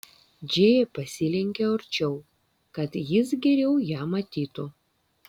džėja pasilenkė arčiau kad jis geriau ją matytų